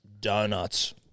Donuts